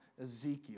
Ezekiel